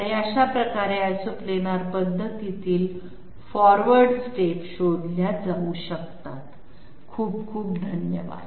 आणि अशा प्रकारे Isoplanar पद्धतीतील पुढील पायऱ्या फॉरवर्ड स्टेप शोधल्या जाऊ शकतात खूप खूप धन्यवाद